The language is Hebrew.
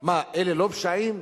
מה, אלה לא פשעים?